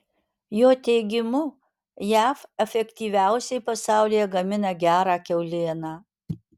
jo teigimu jav efektyviausiai pasaulyje gamina gerą kiaulieną